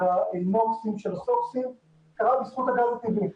של הטוקסים, זה רק בזכות הגז הטבעי.